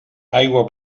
aigua